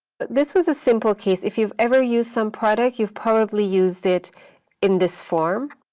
but this was a simple case. if you've ever used sumproduct, you've probably used it in this form.